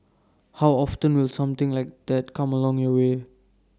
how often will something like that come along your way